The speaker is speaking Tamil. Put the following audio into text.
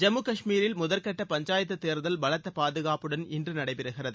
ஜம்மு கஷ்மீரில் முதல்கட்ட பஞ்சாயத் தேர்தல் பலத்த பாதுகாப்புடன் இன்று நடைபெறுகிறது